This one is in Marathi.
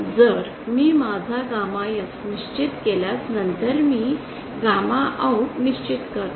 जर मी माझा गॅमा S निश्चित केल्यास नंतर मी गॅमा आउट निश्चित करतो